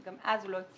לאו דווקא של מישהו אחר,